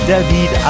David